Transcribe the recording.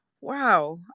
wow